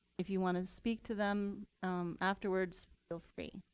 if you want to speak to them afterwards, feel free.